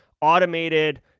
automated